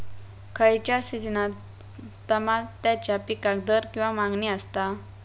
खयच्या सिजनात तमात्याच्या पीकाक दर किंवा मागणी आसता?